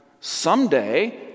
Someday